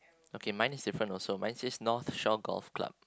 okay mine is different also mine says North Shore Golf Club